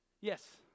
yes